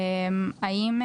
האם,